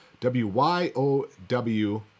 WYOW